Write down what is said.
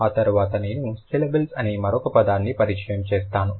ఆ తర్వాత నేను సిలబుల్స్ అనే మరొక పదాన్ని పరిచయం చేస్తాను